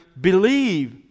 believe